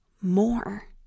more